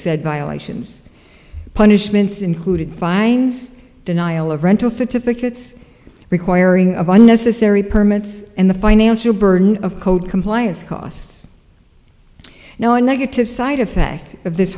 said violations punishments included fines denial of rental certificates requiring a bun necessary permits and the financial burden of code compliance costs no negative side effect of this